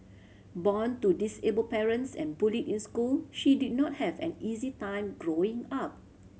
born to disabled parents and bullied in school she did not have an easy time growing up